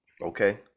Okay